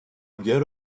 get